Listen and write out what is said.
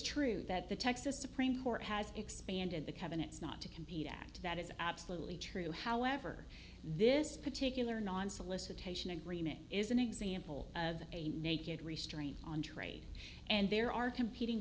true that the texas supreme court has expanded the covenants not to compete act that is absolutely true however this particular non solicitation agreement is an example of a naked restraint on trade and there are competing